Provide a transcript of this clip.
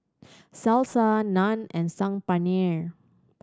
Salsa Naan and Saag Paneer